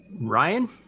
Ryan